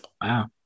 wow